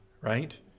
right